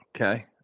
Okay